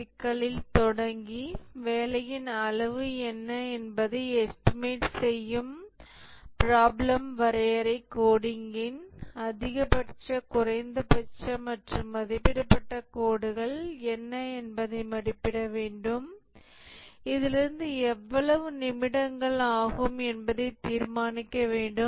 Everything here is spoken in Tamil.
சிக்கலில் தொடங்கி வேலையின் அளவு என்ன என்பதை எஸ்டிமேட் செய்யும் ப்ராப்ளம் வரையறை கோடிங்கின் அதிகபட்ச குறைந்தபட்ச மற்றும் மதிப்பிடப்பட்ட கோடுகள் என்ன என்பதை மதிப்பிட வேண்டும் இதிலிருந்து எவ்வளவு நிமிடங்கள் ஆகும் என்பதை தீர்மானிக்க வேண்டும்